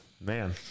Man